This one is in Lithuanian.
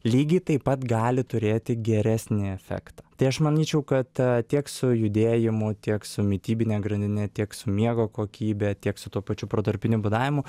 lygiai taip pat gali turėti geresnį efektą tai aš manyčiau kad tiek su judėjimu tiek su mitybine grandine tiek su miego kokybe tiek su tuo pačiu protarpiniu badavimu